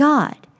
God